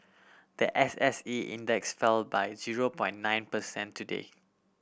the S S E Index fell by zero point nine percent today